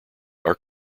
are